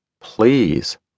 Please